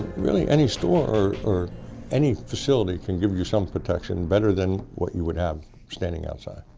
really any store or or any facility can give you you some protection better than what you would have standing outside.